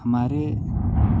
हमारे